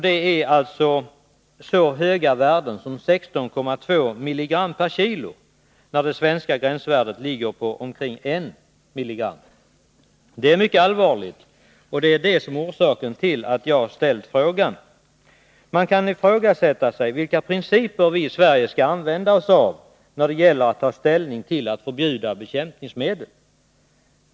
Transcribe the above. Det är fråga om så höga värden som 16,2 mg/kg — det svenska gränsvärdet ligger på omkring 1 mg. Det är mycket allvarligt, och det är det som är orsaken till att jag har ställt frågan. Man kan fråga sig vilka principer vi i Sverige skall använda oss av när det gäller att ta ställning till att förbjuda bekämpningsmedel.